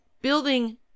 building